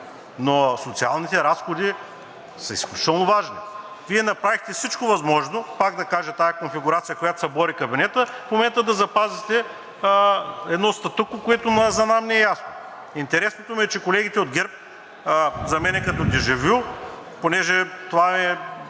но социалните разходи са изключително важни. Вие направихте всичко възможно, пак да кажа, тази конфигурация, която събори кабинета, в момента да запазите едно статукво, което за нас не е ясно. Интересното ми е, че колегите от ГЕРБ, за мен е като дежавю, понеже това е